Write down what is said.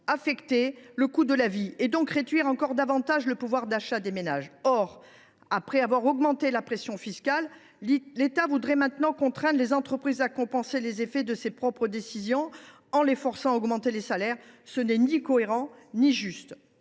directement le coût de la vie, donc réduira encore davantage le pouvoir d’achat des ménages. Après avoir augmenté la pression fiscale, l’on voudrait maintenant contraindre les entreprises à compenser les effets de ces décisions en les forçant à augmenter les salaires ? Cela ne serait ni cohérent ni juste